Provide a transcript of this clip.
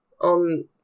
on –